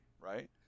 right